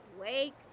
Wake